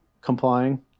complying